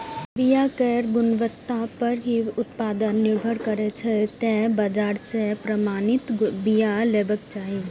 बिया केर गुणवत्ता पर ही उत्पादन निर्भर करै छै, तें बाजार सं प्रमाणित बिया लेबाक चाही